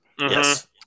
yes